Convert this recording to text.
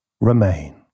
remain